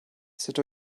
sut